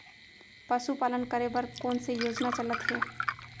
पशुपालन करे बर कोन से योजना चलत हे?